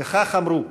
וכך אמרו: